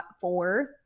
four